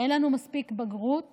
אין לנו מספיק בגרות